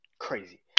Crazy